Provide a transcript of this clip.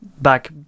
back